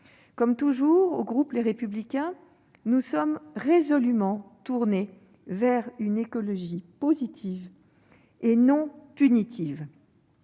Comme toujours au sein du groupe Les Républicains, nous sommes résolument tournés vers une écologie, non pas punitive,